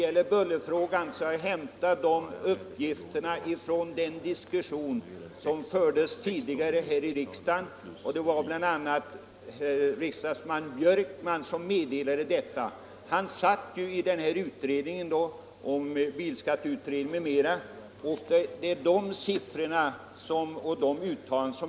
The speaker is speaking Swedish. Herr talman! Jag har fått uppgifterna om bullret från den diskussion som fördes tidigare här i riksdagen. Bl. a. riksdagsman Björkman lämnade dem. Han var ledamot av bilskatteutredningen, och jag har tagit fasta på hans siffror och uttalanden.